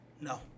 No